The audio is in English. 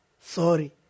sorry